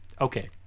okay